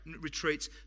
retreats